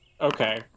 Okay